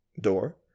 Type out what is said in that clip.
door